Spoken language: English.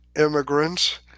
immigrants